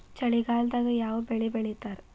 ಚಳಿಗಾಲದಾಗ್ ಯಾವ್ ಬೆಳಿ ಬೆಳಿತಾರ?